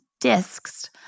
discs